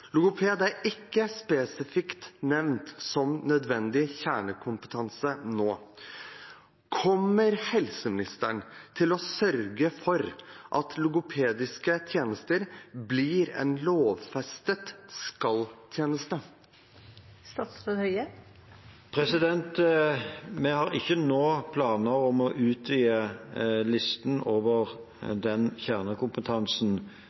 Logoped er ikke spesifikt nevnt som en nødvendig kjernekompetanse nå. Kommer helseministeren til å sørge for at logopediske tjenester blir en lovfestet skal-tjeneste? Vi har ikke nå planer om å utvide listen over